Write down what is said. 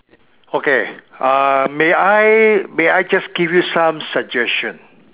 okay uh may I may I just give you some suggestion